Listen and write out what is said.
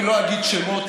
אני לא אגיד שמות,